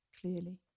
clearly